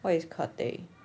what is cathay